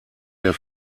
der